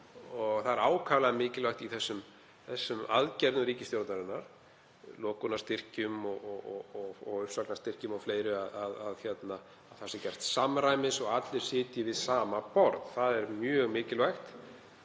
Það er ákaflega mikilvægt í þessum aðgerðum ríkisstjórnarinnar, lokunarstyrkjum, uppsagnarstyrkjum og fleira, að gætt sé samræmis og að allir sitji við sama borð. Það er mjög mikilvægt.